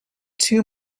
two